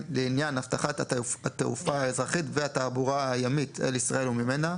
לעניין אבטחת התעופה האזרחית והתעבורה הימית אל ישראל וממנה,